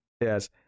Yes